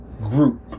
group